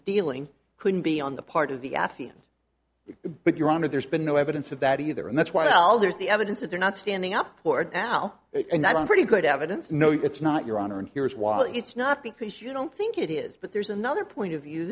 dealing couldn't be on the part of the affiant but your honor there's been no evidence of that either and that's why al there's the evidence that they're not standing up for it now and that i'm pretty good evidence no it's not your honor and here is while it's not because you don't think it is but there's another point of view